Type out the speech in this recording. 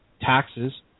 taxes